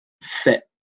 fit